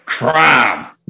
Crime